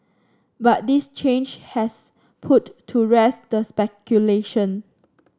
but this change has put to rest the speculation